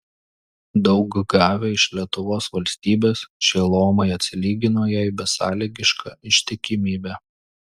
daug gavę iš lietuvos valstybės šie luomai atsilygino jai besąlygiška ištikimybe